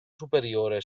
superiore